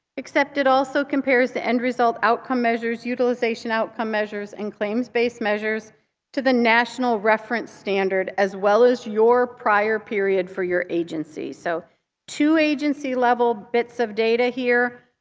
except it also compares the end-result outcome measures, utilization outcome measures and claims-based measures to the national reference standard as well as your prior period for your agency. so two agency-level bits of data here.